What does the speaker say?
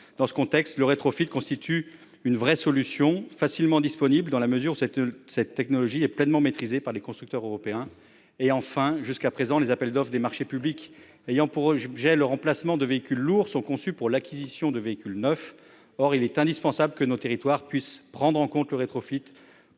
Dans ce contexte, le rétrofit constitue une vraie solution, facilement disponible, car cette technologie est pleinement maîtrisée par les constructeurs européens. Enfin, les appels d'offres des marchés publics ayant pour objet le remplacement de véhicules lourds sont conçus pour l'acquisition de véhicules neufs. Or il est indispensable que nos territoires puissent prendre en compte le rétrofit